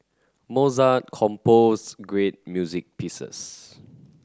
Mozart composed great music pieces